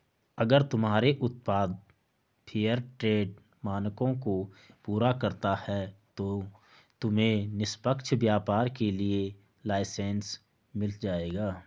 अगर तुम्हारे उत्पाद फेयरट्रेड मानकों को पूरा करता है तो तुम्हें निष्पक्ष व्यापार के लिए लाइसेन्स मिल जाएगा